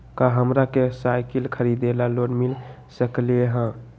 का हमरा के साईकिल खरीदे ला लोन मिल सकलई ह?